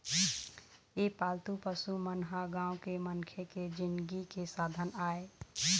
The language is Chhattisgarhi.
ए पालतू पशु मन ह गाँव के मनखे के जिनगी के साधन आय